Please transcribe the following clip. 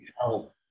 help